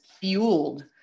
fueled